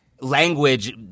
language